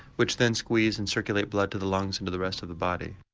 which then squeeze and circulate blood to the lungs and to the rest of the body.